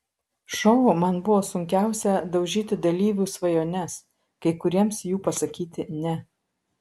šou man buvo sunkiausia daužyti dalyvių svajones kai kuriems jų pasakyti ne